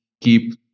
keep